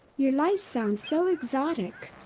your life sounds so exotic!